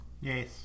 Yes